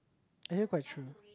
actually quite true